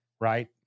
right